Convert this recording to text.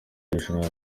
rushanwa